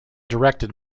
directed